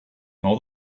nor